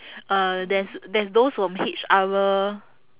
uh there's there's those from H_R